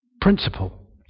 principle